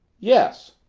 yes.